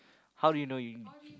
how do you know you